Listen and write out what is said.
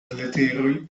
leteroj